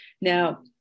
now